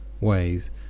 ways